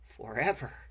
forever